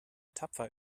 tapfer